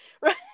right